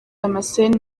damascène